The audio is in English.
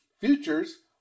Futures